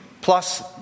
plus